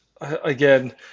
again